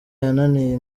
yananiye